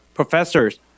professors